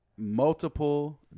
Multiple